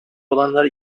olanlar